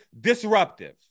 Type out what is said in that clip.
disruptive